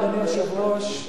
אדוני היושב-ראש,